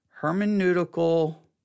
hermeneutical